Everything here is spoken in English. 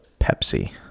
Pepsi